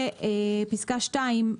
ופסקה (2),